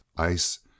ice